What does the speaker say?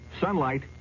Sunlight